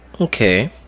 okay